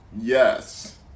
Yes